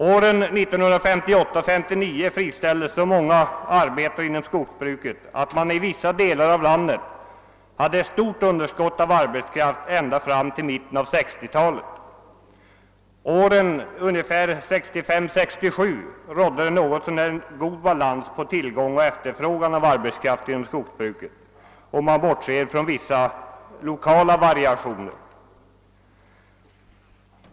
Åren 1958—1959 friställdes så många arbetare inom skogsbruket, att man i vissa delar av landet hade ett stort underskott på arbetskraft ända fram till mitten av 1960-talet. Åren 1965—1967 rådde det något så när balans mellan tillgång och efterfrågan på arbetskraft inom skogsbruket, om man bortser från vissa lokala variationer.